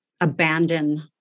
abandon